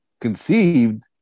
conceived